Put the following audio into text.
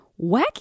Wacky